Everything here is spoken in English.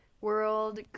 world